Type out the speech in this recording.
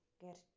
get